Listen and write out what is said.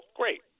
great